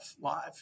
live